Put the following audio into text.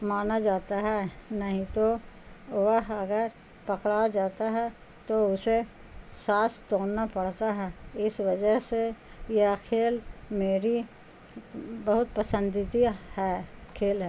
مانا جاتا ہے نہیں تو وہ اگر پکڑا جاتا ہے تو اسے ساانس توڑنا پڑتا ہے اس وجہ سے یہ کھیل میری بہت پسندیدی ہے کھیل ہے